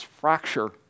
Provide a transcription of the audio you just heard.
fracture